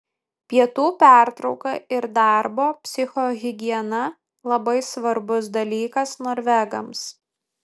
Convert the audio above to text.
pietų pertrauka ir darbo psichohigiena labai svarbus dalykas norvegams